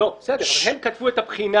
לא, בסדר, אבל הם כתבו את הבחינה